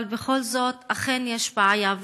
אבל בכל זאת אכן יש בעיה,